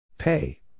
Pay